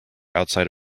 outside